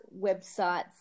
websites